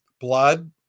blood